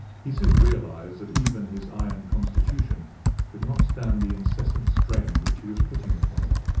he soon realized that even his iron constitution could not stand the incessant strain which he was putting upon it.